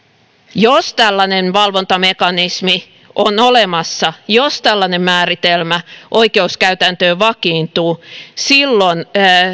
jos tällainen valvontamekanismi on olemassa jos tällainen määritelmä oikeuskäytäntöön vakiintuu silloin